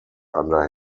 under